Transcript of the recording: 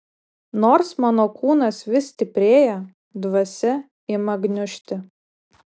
nors mano kūnas vis stiprėja dvasia ima gniužti